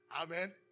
Amen